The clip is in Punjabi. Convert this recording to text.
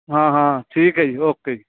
ਹਾਂ ਹਾਂ ਠੀਕ ਹੈ ਜੀ ਓਕੇ